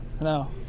No